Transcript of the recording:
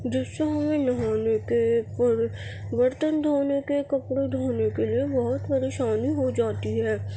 جس سے ہمیں نہانے کے اوپر برتن دھونے کے کپڑے دھونے کے لیے بہت پریشانی ہو جاتی ہے